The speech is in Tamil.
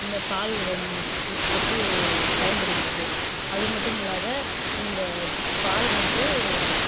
அந்த பால் வந் உற்பத்தி பயன்படுகின்றது அது மட்டும் இல்லாது இந்த பால் வந்து